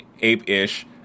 ape-ish